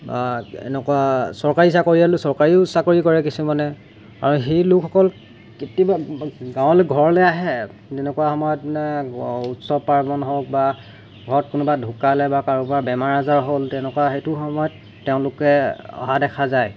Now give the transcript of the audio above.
এনেকুৱা চৰকাৰী চাকৰিয়ালো চৰকাৰীও চাকৰি কৰে কিছুমানে আৰু সেই লোকসকল গাঁওলৈ ঘৰলৈ আহে তেনেকুৱা সময়ত মানে উৎসৱ পাৰ্বণ হওক বা ঘৰত কোনোবা ঢোকালে বা কাৰোবাৰ বেমাৰ আজাৰ হ'ল তেনেকুৱা সেইটো সময়ত তেওঁলোকে অহা দেখা যায়